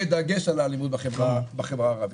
בדגש על האלימות בחברה הערבית.